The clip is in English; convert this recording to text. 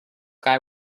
guy